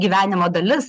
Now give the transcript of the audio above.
gyvenimo dalis